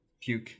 Puke